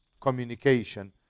communication